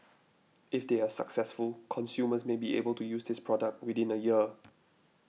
if they are successful consumers may be able to use this product within a year